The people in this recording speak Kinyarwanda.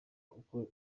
uko